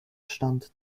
stand